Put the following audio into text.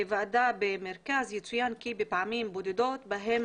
"בוועדה במרכז יצוין כי בפעמים בודדות בהם